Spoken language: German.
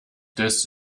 des